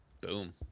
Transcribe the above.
Boom